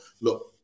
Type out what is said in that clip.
look